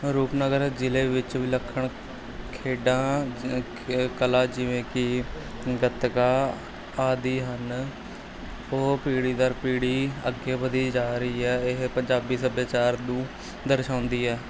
ਰੂਪਨਗਰ ਜ਼ਿਲ੍ਹੇ ਵਿੱਚ ਵਿਲੱਖਣ ਖੇਡਾਂ ਕਲਾ ਜਿਵੇਂ ਕਿ ਗੱਤਕਾ ਆਦਿ ਹਨ ਉਹ ਪੀੜ੍ਹੀ ਦਰ ਪੀੜ੍ਹੀ ਅੱਗੇ ਵਧੀ ਜਾ ਰਹੀ ਹੈ ਇਹ ਪੰਜਾਬੀ ਸੱਭਿਆਚਾਰ ਨੂੰ ਦਰਸਾਉਂਦੀ ਹੈ